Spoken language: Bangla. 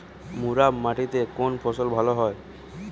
মুরাম মাটিতে কোন ফসল ভালো হয়?